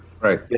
Right